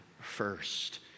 first